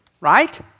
right